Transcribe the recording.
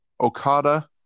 Okada